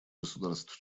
государств